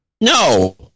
no